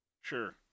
Sure